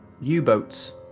U-boats